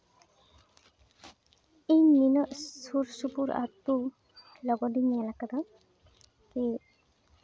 ᱤᱧ ᱱᱤᱱᱟᱹᱜ ᱥᱩᱨᱼᱥᱩᱯᱩᱨ ᱟᱛᱳ ᱞᱚᱜᱚᱫᱤᱧ ᱧᱮᱞ ᱠᱟᱫᱟ ᱫᱤᱭᱮ